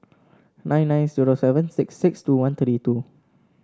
nine nine zero seven six six two one three two